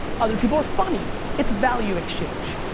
other people are funny. it's value exchange.